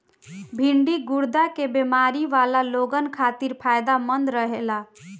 भिन्डी गुर्दा के बेमारी वाला लोगन खातिर फायदमंद रहेला